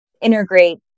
integrate